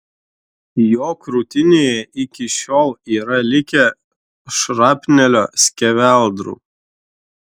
jo krūtinėje iki šiol yra likę šrapnelio skeveldrų